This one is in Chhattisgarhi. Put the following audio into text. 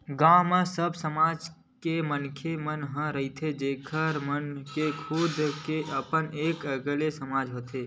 गाँव म सबे समाज के मनखे मन ह रहिथे जेखर मन के खुद के अपन एक अलगे समाज होथे